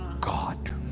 God